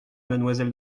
mademoiselle